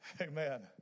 Amen